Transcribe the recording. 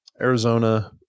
Arizona